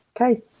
Okay